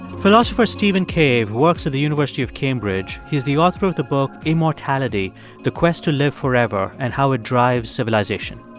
philosopher stephen cave works at the university of cambridge. he's the author of the book immortality the quest to live forever and how it drives civilization.